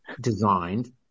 designed